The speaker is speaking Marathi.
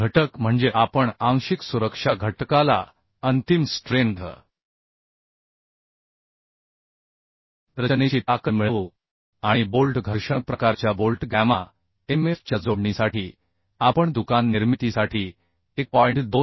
घटक म्हणजे आपण आंशिक सुरक्षा घटकाला अंतिम स्ट्रेंथ रचनेची ताकद मिळवू आणि बोल्ट घर्षण प्रकारच्या बोल्ट गॅमा mf च्या जोडणीसाठी आपण दुकान निर्मितीसाठी 1